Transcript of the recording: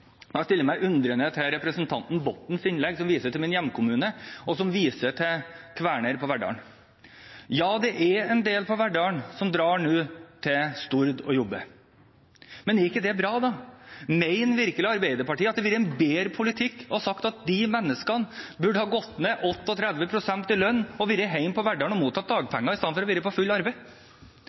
Jeg stiller meg undrende til representanten Bottens innlegg, der hun viser til min hjemkommune og til Kværner Verdal. Ja, det er en del i Verdalen som nå drar til Stord og jobber. Men er ikke det bra, da? Mener virkelig Arbeiderpartiet at det hadde vært en bedre politikk å si at de menneskene burde ha gått ned 38 pst. i lønn og vært hjemme i Verdalen og mottatt dagpenger, istedenfor å være i fullt arbeid?